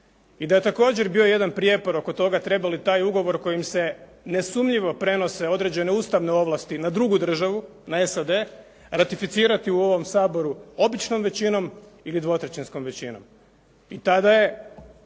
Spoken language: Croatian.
i da je također bio jedan prijepor oko toga treba li taj ugovor kojim se nesumnjivo prenose određene ustavne ovlasti na drugu državu, na SAD ratificirati u ovom Saboru običnom većinom ili dvotrećinskom većinom i tada je